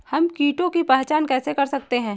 हम कीटों की पहचान कैसे कर सकते हैं?